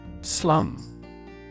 Slum